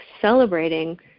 celebrating